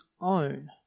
own